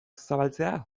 zabaltzea